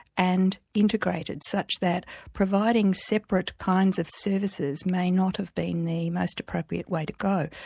and integrated, such that providing separate kinds of services may not have been the most appropriate way to go.